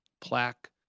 plaque